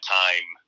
time